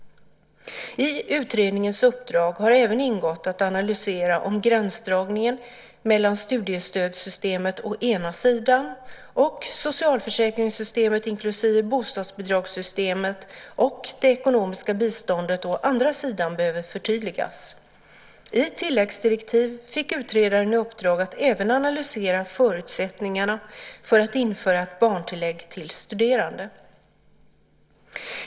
I utredningens uppdrag har även ingått att analysera om gränsdragningen mellan studiestödssystemet å ena sidan och socialförsäkringssystemet inklusive bostadsbidragssystemet och det ekonomiska biståndet å andra sidan behöver förtydligas. I tilläggsdirektiv fick utredaren i uppdrag att även analysera förutsättningarna för att införa ett barntillägg till studerande.